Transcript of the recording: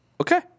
Okay